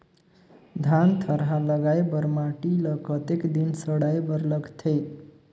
धान थरहा लगाय बर माटी ल कतेक दिन सड़ाय बर लगथे?